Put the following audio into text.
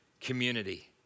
community